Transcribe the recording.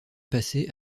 passée